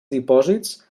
dipòsits